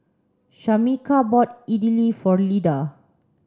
Shamika bought Idili for Lyda